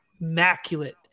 immaculate